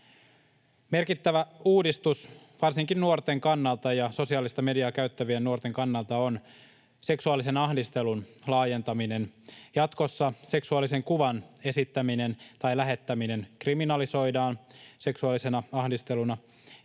Merkittävä uudistus varsinkin nuorten kannalta ja sosiaalista mediaa käyttävien nuorten kannalta on seksuaalisen ahdistelun laajentaminen. Jatkossa seksuaalisen kuvan esittäminen tai lähettäminen kriminalisoidaan seksuaalisena ahdisteluna,